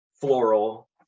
floral